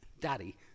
daddy